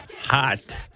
hot